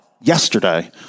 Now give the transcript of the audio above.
yesterday